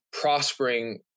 prospering